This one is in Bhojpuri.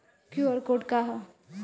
क्यू.आर कोड का ह?